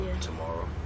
tomorrow